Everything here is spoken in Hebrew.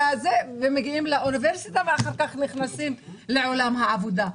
מגיעות לאוניברסיטה ואחר כך נכנסות לעולם העבודה.